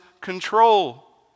control